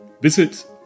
visit